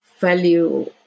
value